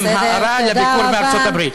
עם הערה על ביקור בארצות-הברית.